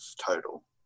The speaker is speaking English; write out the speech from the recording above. total